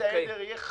ההגדלה נדרשת